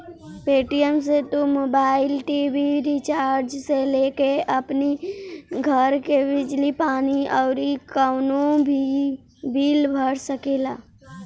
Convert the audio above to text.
Paytm से तू mobile, TV recharge से लेके अपनी घर के बिजली पानी अउरी कवनो भी बिल भर सकेला